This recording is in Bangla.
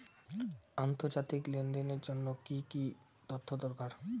আন্তর্জাতিক লেনদেনের জন্য কি কি তথ্য দরকার?